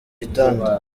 gitanda